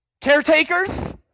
Caretakers